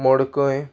मडकय